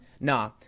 Nah